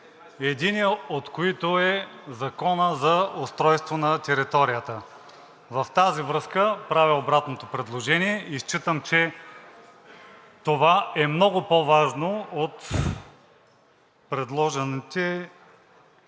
единият от които е Законът за устройство на територията. В тази връзка правя обратното предложение и считам, че това е много по-важно от предложените